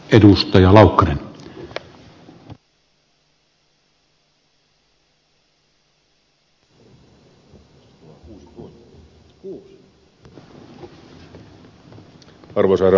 arvoisa herra puhemies